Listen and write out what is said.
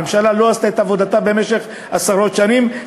הממשלה לא עשתה את עבודתה במשך עשרות שנים,